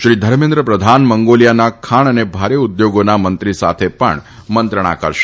શ્રી ધર્મેન્દ્ર પ્રધાન મંગોલીયાના ખાણ અને ભારે ઉદ્યોગોના મંત્રી સાથે પણ મંત્રણા કરશે